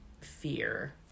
fear